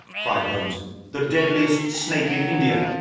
cried holmes the deadliest snake in india.